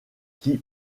qui